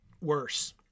Worse